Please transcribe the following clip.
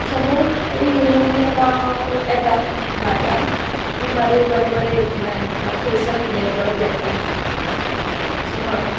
सद्याक तरी हें नोकरी आता येतात भारतांत मुखारय बरें बरें येतलें आनी मुखार सोशल मिडिया एक बरो प्लेटफॉम आसा सो हय